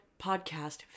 podcast